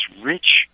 rich